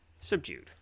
Subdued